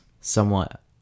somewhat